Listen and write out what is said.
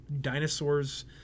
dinosaurs